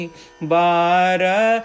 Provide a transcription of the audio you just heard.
Bara